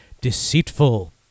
deceitful